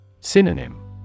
Synonym